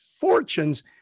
fortunes